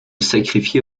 sacrifiés